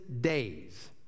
days